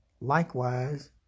likewise